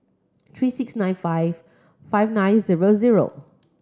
three six nine five five nine zero zero